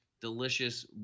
delicious